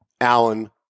Allen